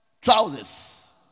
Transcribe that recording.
trousers